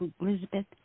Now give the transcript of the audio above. Elizabeth